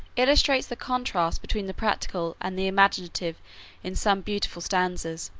illustrates the contrast between the practical and the imaginative in some beautiful stanzas,